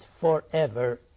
forever